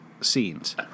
scenes